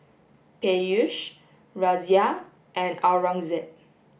Peyush Razia and Aurangzeb